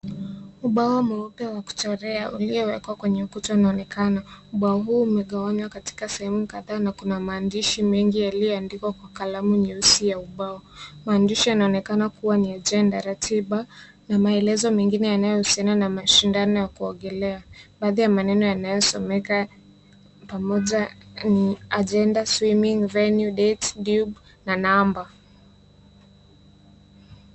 Ubao mweupe wa kuchorea uliowekwa kwenye ukuta unaonekana. ubao huu umegawanywa katika sehemu kadhaa na kuna maandisi mengi yaliyoandikwa kwa kalamu nyeusi ya ubao. Maandishi yanaonekana kuwa ni agenja, ratiba na maelezo mengine yanayohusiana na mashindano ya kuogelea. Baadhi ya maneno yanayosomeka pamoja ni agenda, swimming, venue, dates, dube na namba.